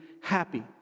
happy